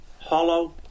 hollow